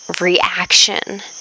reaction